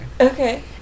Okay